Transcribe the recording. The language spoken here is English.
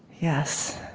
yes.